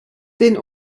den